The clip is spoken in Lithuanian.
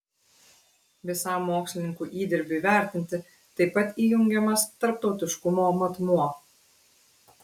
visam mokslininkų įdirbiui vertinti taip pat įjungiamas tarptautiškumo matmuo